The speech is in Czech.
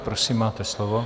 Prosím, máte slovo.